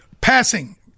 Passing